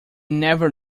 never